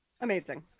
Amazing